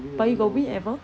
but you got win ever